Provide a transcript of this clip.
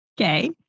Okay